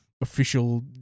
Official